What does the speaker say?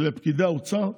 לפקידי האוצר,